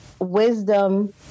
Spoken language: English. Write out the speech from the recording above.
wisdom